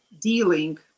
dealing